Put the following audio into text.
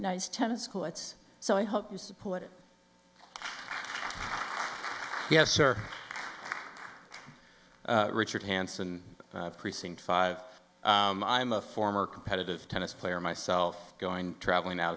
nice tennis courts so i hope you support it yes or richard hanson creasing five i'm a former competitive tennis player myself going travelling out